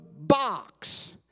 box